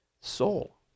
soul